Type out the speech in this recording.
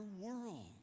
world